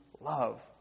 love